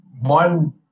one